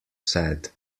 sad